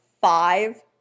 five